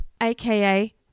aka